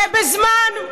למה לא,